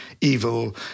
evil